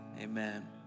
amen